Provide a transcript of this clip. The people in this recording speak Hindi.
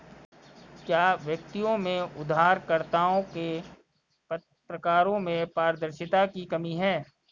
क्या व्यक्तियों में उधारकर्ताओं के प्रकारों में पारदर्शिता की कमी है?